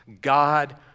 God